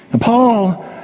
Paul